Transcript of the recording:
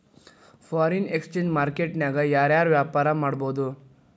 Foreign exchange market ನ್ಯಾಗ ಯಾರ್ ಯಾರ್ ವ್ಯಾಪಾರಾ ಮಾಡ್ಬೊದು?